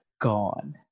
gone